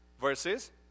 verses